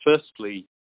Firstly